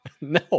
no